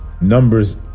numbers